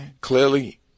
Clearly